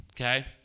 okay